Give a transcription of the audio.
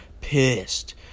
Pissed